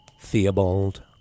Theobald